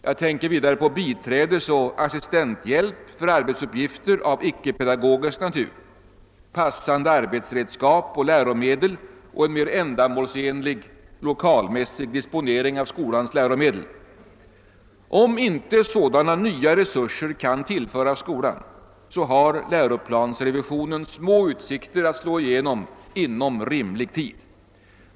Jag tänker vidare på biträdesoch assistenthjälp för arbetsuppgifter av icke-pedagogisk natur, passande arbetsredskap och läromedel samt en mer ändamålsenlig lokalmässig disponering av skolans läromedel. Om inte sådana nya resurser kan tillföras skolan, har läroplansrevisionen små utsikter att slå igenom inom rimlig tid.